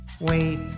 Wait